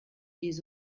des